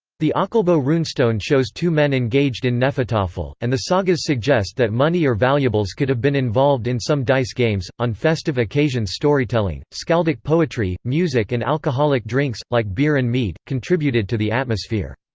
the ockelbo runestone shows two men engaged in hnefatafl, and the sagas suggest that money or valuables could have been involved in some dice games on festive occasions storytelling, skaldic poetry, music and alcoholic drinks, like beer and mead, contributed to the atmosphere.